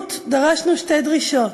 כמיעוט דרשנו שתי דרישות: